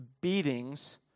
beatings